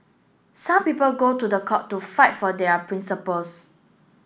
some people go to the court to fight for their principles